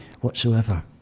whatsoever